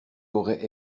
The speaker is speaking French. aurais